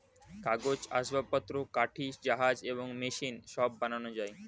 কাগজ, আসবাবপত্র, কাঠি, জাহাজ এবং মেশিন সব বানানো যায়